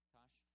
Tosh